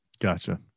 Gotcha